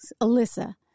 Alyssa